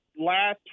last